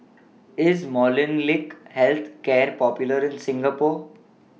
IS Molnylcke Health Care Popular in Singapore